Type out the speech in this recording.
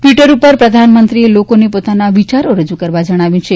Twitter પર પ્રધાનમંત્રીએ લોકોને પોતાના વિચારો રજૂ કરવા જણાવ્યું છે